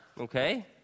Okay